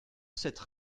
cette